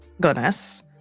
Goodness